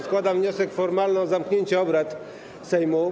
Składam wniosek formalny o zamknięcie obrad Sejmu.